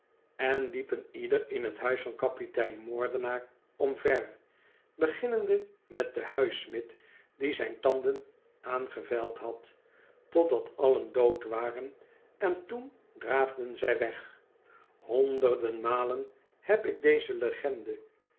en liepen ieder in t huis van kapitein moordenaar omver beginnende met den huissmid die zijne tanden aangevijld had totdat allen dood waren en toen draafden zij weg honderden malen heb ik deze legende